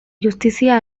justizia